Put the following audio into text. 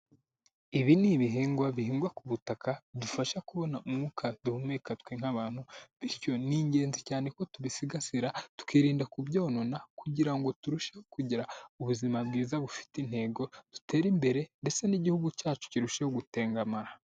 Ibi ni ibihingwa, bihingwa ku butaka budufasha kubona umwuka duhumeka twe nk'abantu, bityo ni ingenzi cyane ko tubisigasira, tukirinda kubyonona kugira ngo turusheho kugira ubuzima bwiza bufite intego, dutere imbere ndetse n'igihugu cyacu kirusheho gutengamara.